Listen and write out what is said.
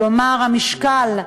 כלומר המשקל,